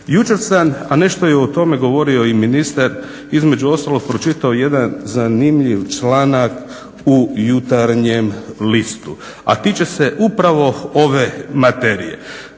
Jučer sam, a nešto je o tome govorio i ministar, između ostalog pročitao jedan zanimljiv članak u Jutarnjem listu, a tiče se upravo ove materije.